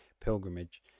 pilgrimage